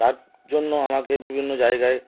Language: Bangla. তার জন্য আমাকে বিভিন্ন জায়গায়